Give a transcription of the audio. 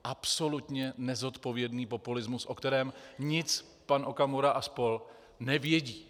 Absolutně nezodpovědný populismus, o kterém nic pan Okamura a spol. nevědí.